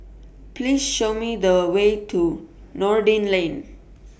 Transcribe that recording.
Please Show Me The Way to Noordin Lane